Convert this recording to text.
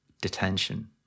detention